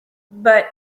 but